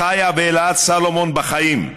חיה ואלעד סולומון בחיים.